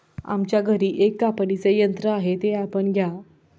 आमच्या घरी एक कापणीचे यंत्र आहे ते आपण घ्या